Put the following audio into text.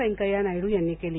व्यंकयया नायडू यांनी केली